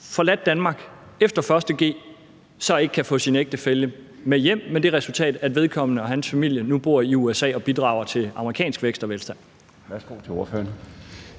forladt Danmark efter 1. g, så ikke kan få sin ægtefælle med hjem med det resultat, at han og hans familie nu bor i USA og bidrager til amerikansk vækst og velstand?